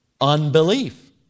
unbelief